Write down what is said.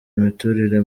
imiturire